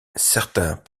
certains